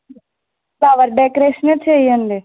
flower decoration చేయండి